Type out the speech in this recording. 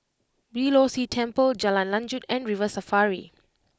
Beeh Low See Temple Jalan Lanjut and River Safari